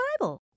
Bible